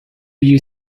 you